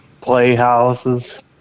Playhouses